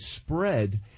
spread